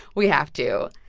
we have to.